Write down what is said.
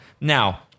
Now